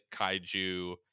Kaiju